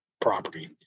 property